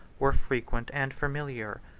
were frequent and familiar.